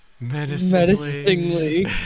menacingly